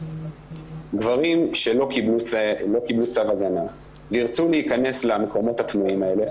גברים שלא קבלו צו הגנה וירצו להיכנס למקומות הפנויים האלה,